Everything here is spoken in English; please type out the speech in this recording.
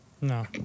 No